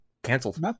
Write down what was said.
Cancelled